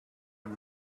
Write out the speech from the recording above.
and